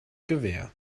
gewehr